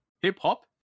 Hip-hop